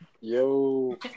Yo